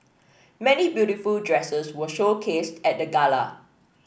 many beautiful dresses were showcased at the gala